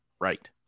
right